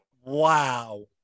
wow